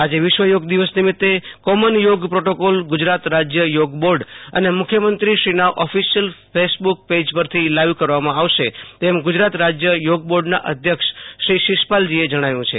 આજે વિશ્વ યોગ દિવસ નિમિત્તે કોમૂન થોગુ પ્રોટોકોલ ગુજરાત રાજ્ય યોગ બોર્ડ અને મુખ્યમંત્રીશ્રીતા ઓફિશિયલ કેસબુક પેજ પરથી લાઈવે કેરવામાં આવશે તેમ ગુજરાત રાજ્ય યોગ બોર્ડના અધ્યક્ષ શ્રી શીશપાલજીએ જણાવ્યું છે